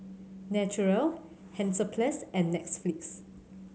Naturel Hansaplast and Netflix